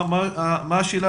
מה השאלה